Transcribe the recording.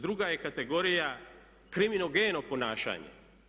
Druga je kategorija kriminigeno ponašanje.